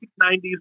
1990s